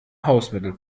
hausmittel